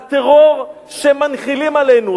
לטרור שמנחילים עלינו,